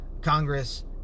Congress